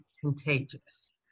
contagious